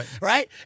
Right